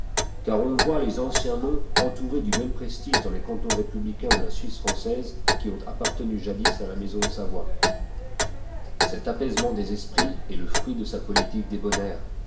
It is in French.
car on voit les anciens noms entourés du môme prestige dans les cantons républicains de la suisse française qui ont appartenu jadis à la maison de savoie cet apaisement des esprits est le fruit de sa politique